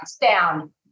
down